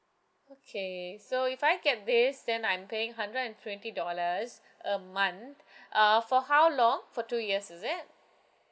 okay so if I get this then I'm paying hundred and twenty dollars a month uh for how long for two years is it